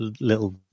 little